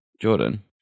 Jordan